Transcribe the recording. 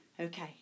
Okay